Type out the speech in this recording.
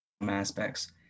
aspects